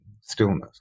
stillness